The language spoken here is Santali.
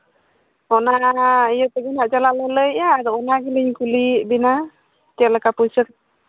ᱚᱱᱟ ᱤᱭᱟᱹ ᱠᱚᱜᱮ ᱦᱟᱸᱜ ᱪᱟᱞᱟᱜ ᱞᱮ ᱞᱟᱹᱭᱮᱫᱼᱟ ᱟᱫᱚ ᱚᱱᱟ ᱜᱮᱞᱤᱧ ᱠᱩᱞᱤᱭᱮᱫ ᱵᱤᱱᱟᱹ ᱪᱮᱫ ᱞᱮᱠᱟ ᱯᱩᱭᱥᱟᱹ